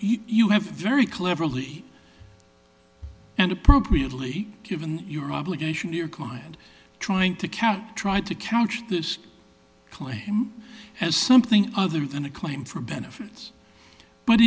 you have very cleverly and appropriately given your obligation your client trying to count tried to counter this claim as something other than a claim for benefits but